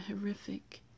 horrific